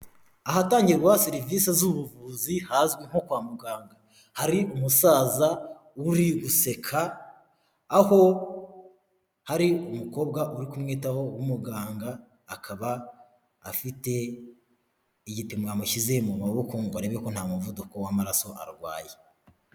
Ahatangirwa serivisi z'ubuvuzi hazwi nko kwa muganga, hari umusaza uri guseka, aho hari umukobwa uri kumwitaho w'umuganga, akaba afite igipimo yamushyize mu maboko ngo arebe ko nta muvuduko w'amaraso arwaye.